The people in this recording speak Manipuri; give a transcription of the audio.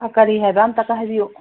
ꯑꯥ ꯀꯔꯤ ꯍꯥꯏꯕ ꯑꯝꯇꯒ ꯍꯥꯏꯕꯤꯌꯨ